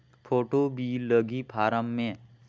Photo भी लगी form मे?